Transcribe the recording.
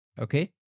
okay